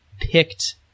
picked